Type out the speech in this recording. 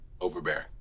overbearing